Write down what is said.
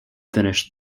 finished